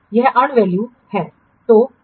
यह एक यह अर्नड वैल्यू है